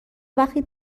وقتی